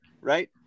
right